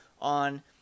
on